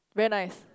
very nice